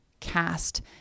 Cast